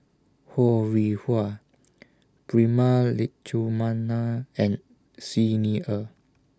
Ho Rih Hwa Prema Letchumanan and Xi Ni Er